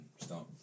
start